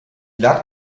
lag